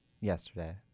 yesterday